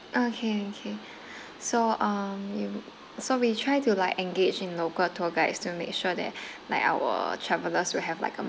okay okay so um you so we try to like engage in local tour guides to make sure that like our travellers will have like a